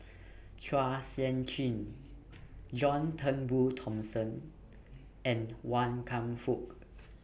Chua Sian Chin John Turnbull Thomson and Wan Kam Fook